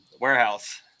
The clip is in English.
warehouse